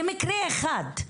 זה מקרה אחד,